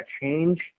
change